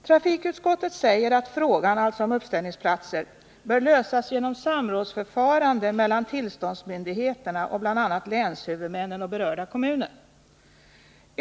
Trafikutskottet säger att frågan, alltså om uppställningsplatser, bör lösas genom ett förfarande med samråd mellan tillståndsmöjligheterna och bl.a. länshuvudmännen och berörda kommuner.